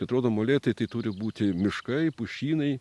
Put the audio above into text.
atrodo molėtai tai turi būti miškai pušynai